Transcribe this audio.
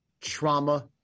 Trauma